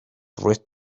written